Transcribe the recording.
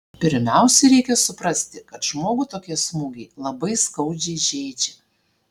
pirmiausia reikia suprasti kad žmogų tokie smūgiai labai skaudžiai žeidžia